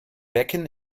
becken